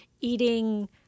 eating